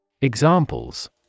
Examples